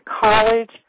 college